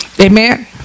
Amen